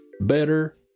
better